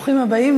ברוכים הבאים.